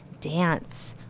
dance